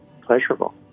pleasurable